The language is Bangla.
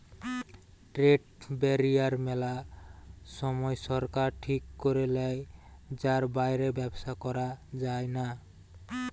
ট্রেড ব্যারিয়ার মেলা সময় সরকার ঠিক করে লেয় যার বাইরে ব্যবসা করা যায়না